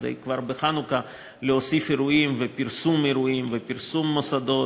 וכבר בחנוכה להוסיף אירועים ופרסום אירועים ופרסום מוסדות